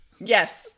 Yes